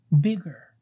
bigger